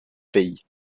pays